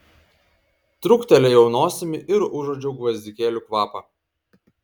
truktelėjau nosimi ir užuodžiau gvazdikėlių kvapą